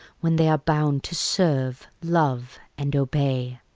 when they are bound to serve, love, and obey.